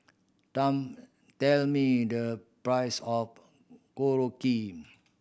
tell me the price of Korokke